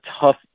tough